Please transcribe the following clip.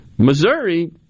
Missouri